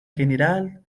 general